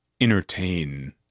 entertain